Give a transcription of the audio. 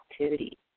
activity